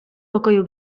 pokoju